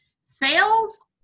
Sales